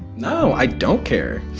no, i don't care.